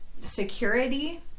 security